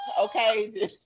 okay